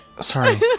sorry